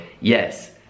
yes